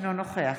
אינו נוכח